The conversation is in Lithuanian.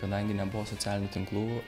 kadangi nebuvo socialinių tinklų